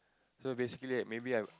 so basically like maybe I'm